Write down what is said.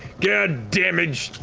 god damage!